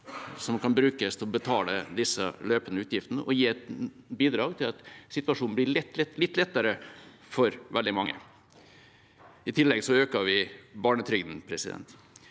som kan brukes til å betale de løpende utgiftene, og gi et bidrag til at situasjonen blir litt lettere for veldig mange. I tillegg øker vi barnetrygden. Så er det